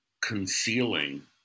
concealing